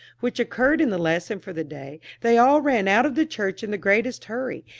which occurred in the lesson for the day, they all ran out of the church in the greatest hurry,